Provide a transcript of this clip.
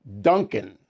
Duncan